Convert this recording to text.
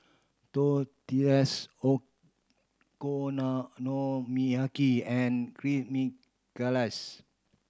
Tortillas Okonomiyaki and Chimichangas